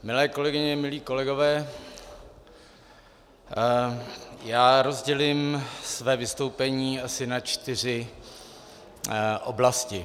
Milé kolegyně, milí kolegové, já rozdělím své vystoupení asi na čtyři oblasti.